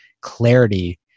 clarity